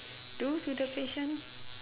do to the patient